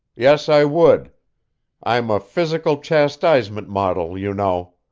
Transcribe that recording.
yes i would i'm a physical-chastisement model, you know.